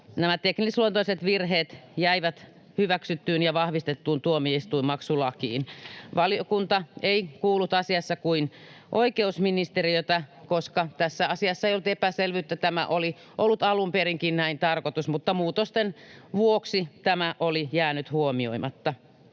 nämä teknisluontoiset virheet jäivät hyväksyttyyn ja vahvistettuun tuomioistuinmaksulakiin. Valiokunta ei kuullut asiassa kuin oikeusministeriötä, koska tässä asiassa ei ollut epäselvyyttä. Tämä oli ollut alun perinkin tarkoitus näin, mutta muutosten vuoksi tämä oli jäänyt huomioimatta.